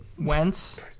Wentz